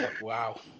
Wow